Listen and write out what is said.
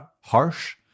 harsh